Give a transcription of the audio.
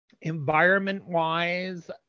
environment-wise